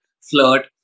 flirt